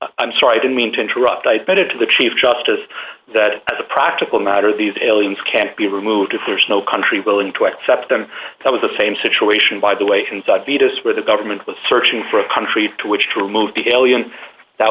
i'm sorry i didn't mean to interrupt i pointed to the chief justice as a practical matter these aliens can be removed if there's no country willing to accept them that was the fame situation by the way inside vetoes for the government was searching for a country to which to remove the alien that